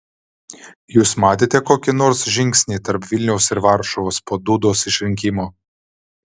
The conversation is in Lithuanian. jūs matėte kokį nors žingsnį tarp vilniaus ir varšuvos po dudos išrinkimo